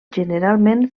generalment